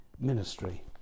ministry